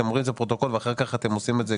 אתם אומרים את זה לפרוטוקול ואחר כך אתם עושים את זה,